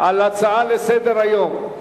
על הצעה לסדר-היום.